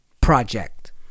project